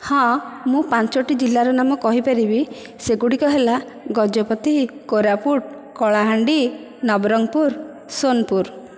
ହଁ ମୁଁ ପାଞ୍ଚୋଟି ଜିଲ୍ଲାର ନାମ କହିପାରିବି ସେଗୁଡ଼ିକ ହେଲା ଗଜପତି କୋରାପୁଟ କଳାହାଣ୍ଡି ନବରଙ୍ଗପୁର ସୋନପୁର